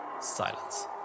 silence